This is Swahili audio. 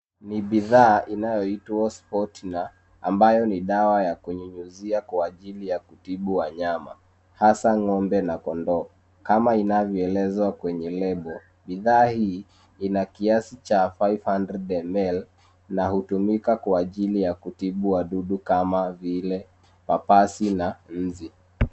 Ni bidhaa inayo itwa spot na ambayo ni dawa ya kunyunyizia kwa ajili ya kutibu wanyama hasa ngombe na kondoo. Kama inavyo elezwa kwenye lebo bidhaa hii ina kiasi cha 500ml na hutumika kwa ajili ya kutibu wadudu kama vile papasi na nzi.